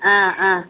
ஆ ஆ